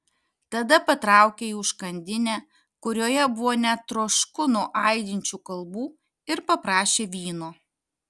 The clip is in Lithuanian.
tada patraukė į užkandinę kurioje buvo net trošku nuo aidinčių kalbų ir paprašė vyno